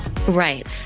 Right